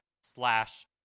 slash